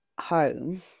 home